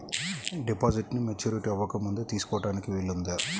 డిపాజిట్ను మెచ్యూరిటీ అవ్వకముందే తీసుకోటానికి వీలుందా?